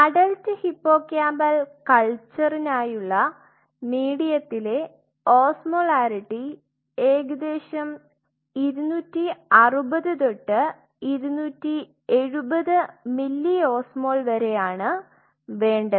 adult hippocampal കൽച്ചറിനായുള്ള മീഡിയത്തിലെ osmolarity ഏകദേശം 260 തൊട്ട് 270 മില്ലിഓസ്മോൾ വരെ ആണ് വേണ്ടത്